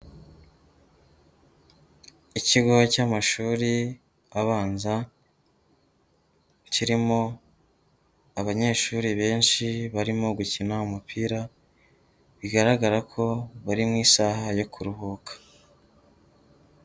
Ikigo cy'amashuri abanza, kirimo abanyeshuri benshi barimo gukina umupira, bigaragara ko bari mu isaha yo kuruhuka.